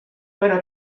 però